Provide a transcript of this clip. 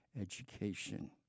education